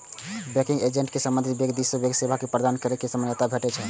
banking agent कें संबंधित bank दिस सं बैंकिंग सेवा प्रदान करै के मान्यता भेटल रहै छै